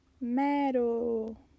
metal